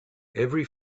every